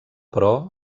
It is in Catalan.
però